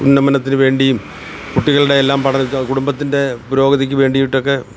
ഉന്നമനത്തിന് വേണ്ടിയും കുട്ടികളുടെയെല്ലാം പഠനത്തിന് കുടുംബത്തിൻ്റെ പുരോഗതിക്ക് വേണ്ടിയിട്ടൊക്കെ